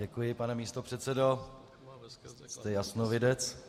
Děkuji, pane místopředsedo, jste jasnovidec.